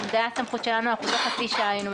אם זאת הייתה הסמכות שלנו אנחנו תוך חצי שעה היינו מפרסמים.